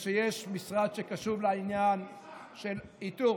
יש משרד שקשוב לעניין של איתור.